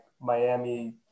Miami